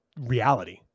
reality